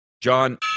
John